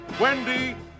Wendy